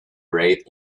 rate